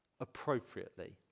appropriately